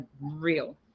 real